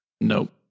Nope